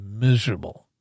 miserable